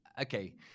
okay